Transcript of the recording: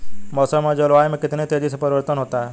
मौसम और जलवायु में कितनी तेजी से परिवर्तन होता है?